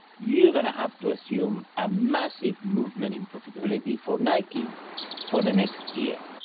you're gonna have to assume a massive movement in profitability for nike for the next year.